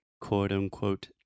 quote-unquote